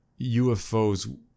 UFOs